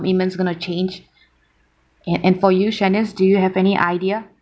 commitments going to change and and for you shanice do you have any idea